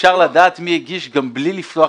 אפשר לדעת מי הגיש גם בלי להגיש גם בלי לפתוח